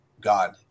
god